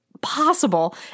possible